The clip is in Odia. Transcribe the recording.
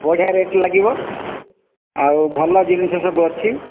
ବଢ଼ିଆ ରେଟ୍ ଲାଗିବ ଆଉ ଭଲ ଜିନିଷ ସବୁ ଅଛି